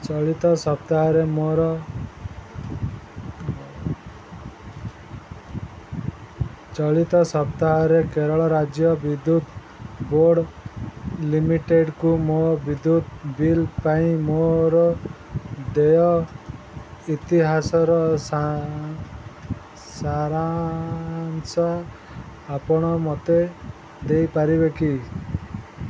ଚଳିତ ସପ୍ତାହରେ ମୋର ଚଳିତ ସପ୍ତାହରେ କେରଳ ରାଜ୍ୟ ବିଦ୍ୟୁତ ବୋର୍ଡ଼ ଲିମିଟେଡ଼୍କୁ ମୋ ବିଦ୍ୟୁତ ବିଲ୍ ପାଇଁ ମୋର ଦେୟ ଇତିହାସର ସାରାଂଶ ଆପଣ ମୋତେ ଦେଇପାରିବେ କି